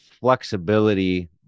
flexibility